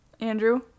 andrew